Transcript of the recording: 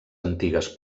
antigues